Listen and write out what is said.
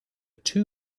two